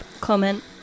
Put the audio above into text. comment